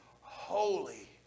holy